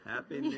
Happy